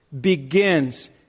begins